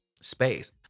space